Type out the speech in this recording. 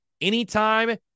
anytime